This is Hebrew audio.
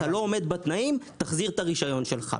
אם אתה לא עומד בתנאים, תחזיר את הרישיון שלך.